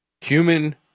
Human